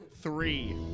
Three